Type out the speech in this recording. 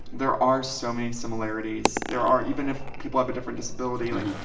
there are so many similarities. there are, even if people have a different disability. like,